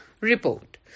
Report